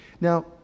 Now